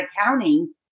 accounting